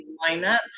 lineup